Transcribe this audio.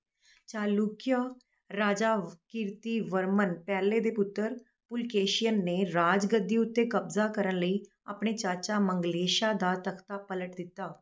ਚਾਲੁਕਿਆ ਰਾਜਾ ਕੀਰਤੀਵਰਮਨ ਪਹਿਲੇ ਦੇ ਪੁੱਤਰ ਪੁਲਕੇਸ਼ੀਨ ਨੇ ਰਾਜ ਗੱਦੀ ਉੱਤੇ ਕਬਜ਼ਾ ਕਰਨ ਲਈ ਆਪਣੇ ਚਾਚਾ ਮੰਗਲੇਸ਼ਾ ਦਾ ਤਖਤਾ ਪਲਟ ਦਿੱਤਾ